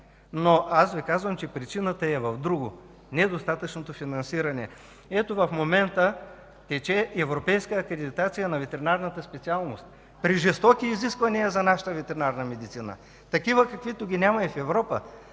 но аз Ви казвам, че причината е в друго – недостатъчното финансиране. Ето, в момента тече европейска акредитация на ветеринарната специалност при жестоки изисквания за нашата ветеринарна медицина – такива, каквито ги няма и в Европа,